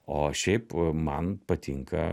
o šiaip man patinka